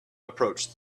approach